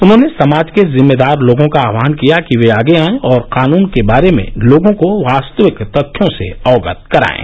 उन्होंने समाज के जिम्मेदार लोगों का आह्वान किया कि वे आगे आएं और कानून के बारे में लोगों को वास्तविक तथ्यों से अवगत कराएं